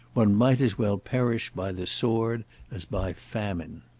one might as well perish by the sword as by famine.